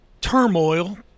turmoil